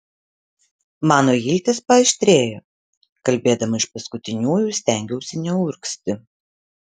mano iltys paaštrėjo kalbėdama iš paskutiniųjų stengiausi neurgzti